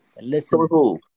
Listen